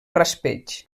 raspeig